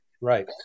Right